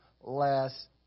less